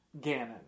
Ganon